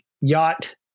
yacht